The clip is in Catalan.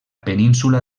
península